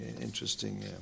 interesting